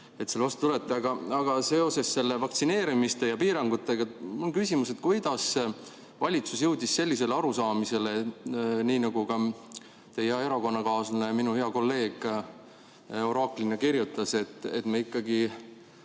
te selle vastu võtate. Aga seoses vaktsineerimise ja piirangutega on mul küsimus. Kuidas valitsus jõudis sellisele arusaamisele, nii nagu ka teie hea erakonnakaaslane ja minu hea kolleeg oraaklina kirjutas, et me ikkagi